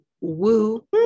woo